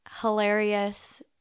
hilarious